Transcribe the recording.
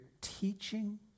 teaching